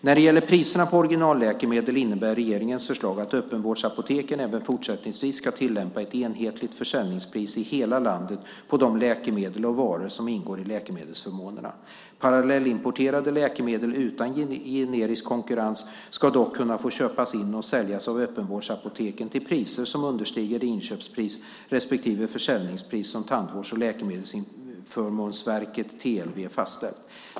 När det gäller priserna på originalläkemedel innebär regeringens förslag att öppenvårdsapoteken även fortsättningsvis ska tillämpa ett enhetligt försäljningspris i hela landet på de läkemedel och varor som ingår i läkemedelsförmånerna. Parallellimporterade läkemedel utan generisk konkurrens ska dock både få köpas in och säljas av öppenvårdsapoteken till priser som understiger det inköpspris respektive försäljningspris som Tandvårds och läkemedelsförmånsverket, TLV, fastställt.